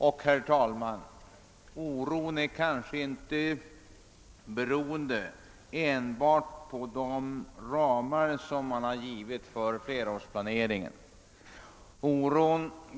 Oron, herr talman, är inte beroende enbart på de ramar som nu har getts för flerårsplaneringen.